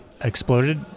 exploded